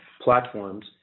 platforms